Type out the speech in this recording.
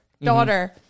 daughter